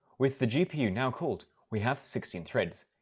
with the gpu now called we have sixteen threads,